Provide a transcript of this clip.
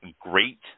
great